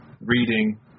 reading